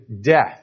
death